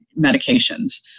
medications